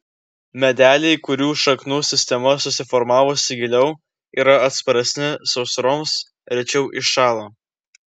medeliai kurių šaknų sistema susiformavusi giliau yra atsparesni sausroms rečiau iššąla